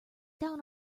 down